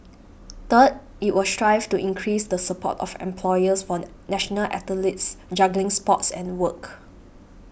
third it will strive to increase the support of employers for national athletes juggling sports and work